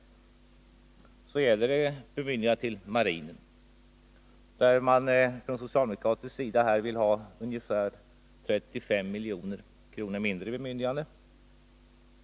Det gäller bemyndigandet till marinen, där man från socialdemokratisk sida vill ha ett bemyndigande som är ungefär 35 miljoner mindre.